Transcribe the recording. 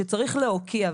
שצריך להוקיע,